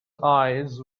eyes